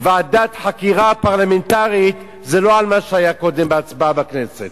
ועדת חקירה פרלמנטרית זה לא על מה שהיה קודם בהצבעה בכנסת.